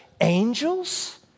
angels